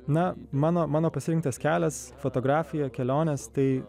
na mano mano pasirinktas kelias fotografija kelionės tai